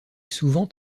souvent